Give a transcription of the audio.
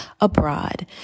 abroad